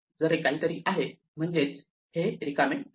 जर हे काहीतरी आहे म्हणजेच हे रिकामे नाही